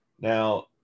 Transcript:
Now